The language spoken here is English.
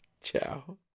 Ciao